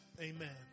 Amen